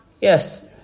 Yes